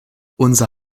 unser